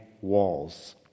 Walls